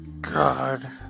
God